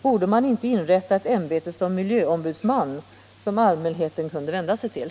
Borde man inte inrätta ett ämbete som miljöombudsman som allmänheten kunde vända sig till?